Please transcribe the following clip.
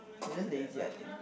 I just lazy I think